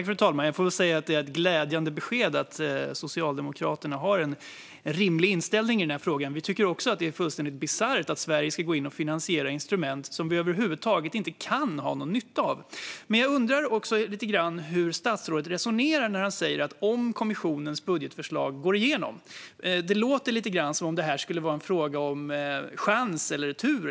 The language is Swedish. Fru talman! Jag får väl säga att det är ett glädjande besked att Socialdemokraterna har en rimlig inställning i den här frågan. Vi tycker också att det är fullständigt bisarrt att Sverige ska gå in och finansiera instrument som vi över huvud taget inte kan ha någon nytta av. "Om kommissionens förslag går igenom", säger statsrådet. Jag undrar lite grann hur han resonerar då. Det låter lite grann som om det här skulle vara en fråga om chans eller tur.